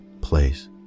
place